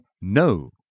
no